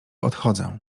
odchodzę